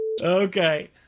Okay